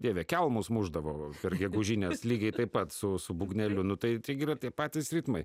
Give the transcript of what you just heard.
dieve kelmus mušdavo per gegužines lygiai taip pat su su būgneliu tai yra tai patys ritmai